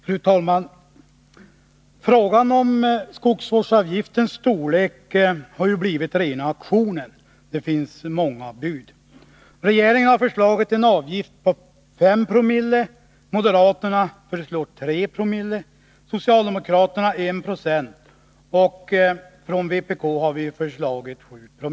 Fru talman! Frågan om skogsvårdsavgiftens storlek har blivit rena auktionen — det finns ju många bud. Regeringen har föreslagit en avgift på 5 Jo, moderaterna har föreslagit 3 Joo, socialdemokraterna 1 90 och vpk 7 Ko.